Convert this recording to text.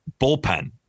Bullpen